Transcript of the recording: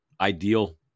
ideal